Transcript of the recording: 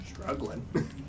struggling